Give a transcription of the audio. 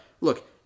look